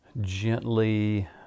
gently